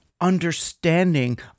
understanding